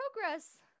progress